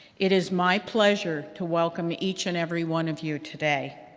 it is my pleasure to welcome each and every one of you today.